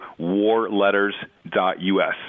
warletters.us